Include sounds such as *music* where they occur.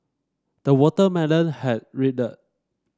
the watermelon has *unintelligible*